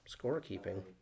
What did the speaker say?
scorekeeping